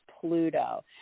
Pluto